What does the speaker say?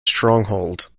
stronghold